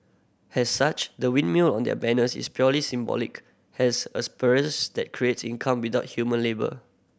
has such the windmill on their banners is purely symbolic has apparatus that creates income without human labour